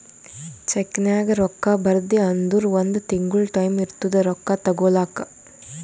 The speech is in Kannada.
ಚೆಕ್ನಾಗ್ ರೊಕ್ಕಾ ಬರ್ದಿ ಅಂದುರ್ ಒಂದ್ ತಿಂಗುಳ ಟೈಂ ಇರ್ತುದ್ ರೊಕ್ಕಾ ತಗೋಲಾಕ